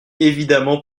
évidemment